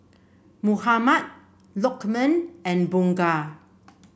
Muhammad Lokman and Bunga